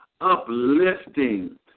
uplifting